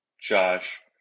Josh